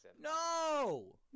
No